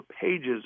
pages